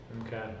Okay